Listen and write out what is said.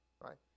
right